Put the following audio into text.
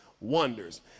wonders